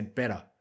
better